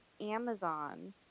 Amazon